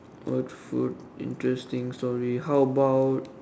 what food interesting story how about